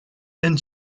and